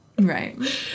right